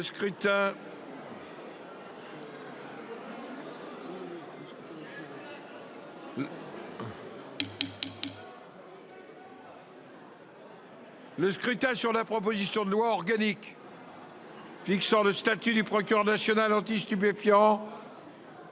l’ensemble de la proposition de loi organique fixant le statut du procureur national anti stupéfiants,